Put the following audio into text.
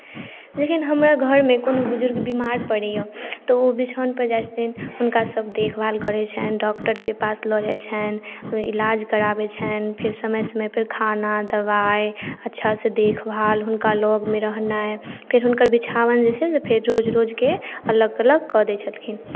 जखन हमरा घरमे कोनो बुजुर्ग बीमार पड़ैए तऽ ओ बिछाओनपर जाइत छथिन हुनका सभ देखभाल करैत छनि डॉक्टरके पास लऽ जाइत छनि इलाज कराबैत छनि फेर समय समयपर खाना दवाइ अच्छासँ देखभाल हुनका लगमे रहनाइ फेर हुनकर बिछाओन जे छै से फेर रोज रोजके अलट पलट कऽ दैत छलखिन